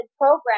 program